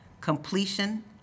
completion